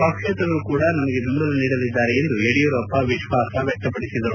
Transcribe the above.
ಪಕ್ಷೇತರರು ಕೂಡ ನಮಗೆ ಬೆಂಬಲ ನೀಡಲಿದ್ದಾರೆ ಎಂದು ಯಡಿಯೂರಪ್ಪ ವಿಶ್ವಾಸ ವ್ಯಕ್ತಪಡಿಸಿದರು